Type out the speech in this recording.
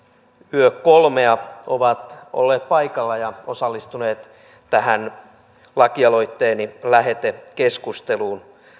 yökolmea ovat olleet paikalla ja osallistuneet tähän lakialoitteeni lähetekeskusteluun